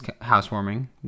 housewarming